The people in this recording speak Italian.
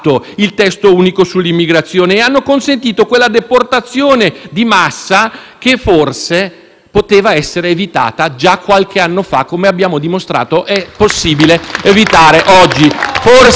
poteva essere evitata già qualche anno fa, come abbiamo dimostrato essere possibile oggi. Forse, sotto processo dovrebbero andarci loro.